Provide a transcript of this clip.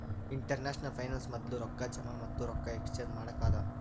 international finance ಮೊದ್ಲು ರೊಕ್ಕಾ ಜಮಾ ಮತ್ತ ರೊಕ್ಕಾ ಎಕ್ಸ್ಚೇಂಜ್ ಮಾಡಕ್ಕ ಅದಾ